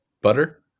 butter